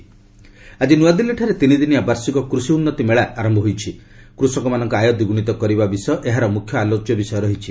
କୃଷି ଉନ୍ନତି ମେଳା ଆଜି ନୂଆଦିଲ୍ଲୀରେ ତିନିଦିନିଆ ବାର୍ଷିକ କୃଷି ଉନ୍ନତି ମେଳା ଆରମ୍ଭ ହୋଇଛି ଏବଂ କୃଷକମାନଙ୍କର ଆୟ ଦ୍ୱିଗୁଣିତ କରିବା ବିଷୟ ଏହାର ମୁଖ୍ୟ ଆଲୋଚ୍ୟ ବିଷୟ ରହିଛି